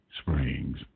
Springs